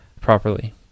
properly